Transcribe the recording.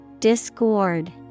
Discord